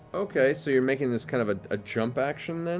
okay, so you're making this kind of a jump action,